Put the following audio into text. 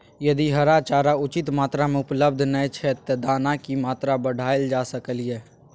यदि हरा चारा उचित मात्रा में उपलब्ध नय छै ते दाना की मात्रा बढायल जा सकलिए?